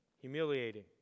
humiliating